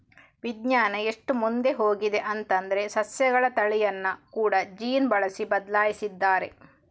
ವಿಜ್ಞಾನ ಎಷ್ಟು ಮುಂದೆ ಹೋಗಿದೆ ಅಂತಂದ್ರೆ ಸಸ್ಯಗಳ ತಳಿಯನ್ನ ಕೂಡಾ ಜೀನ್ ಬಳಸಿ ಬದ್ಲಾಯಿಸಿದ್ದಾರೆ